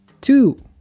two